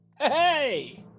Hey